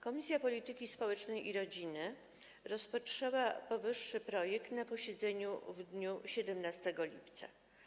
Komisja Polityki Społecznej i Rodziny rozpatrzyła powyższy projekt na posiedzeniu w dniu 17 lipca.